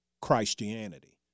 Christianity